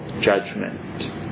judgment